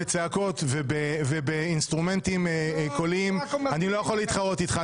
בצעקות ובאינסטרומנטים קוליים אני לא יכול להתחרות בך.